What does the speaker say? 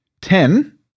ten